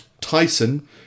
Tyson